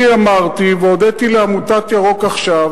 אני אמרתי והודיתי לעמותת "ירוק עכשיו",